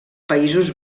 països